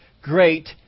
great